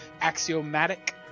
axiomatic